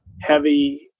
heavy